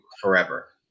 forever